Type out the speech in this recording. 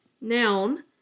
noun